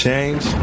Change